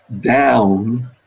down